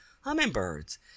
hummingbirds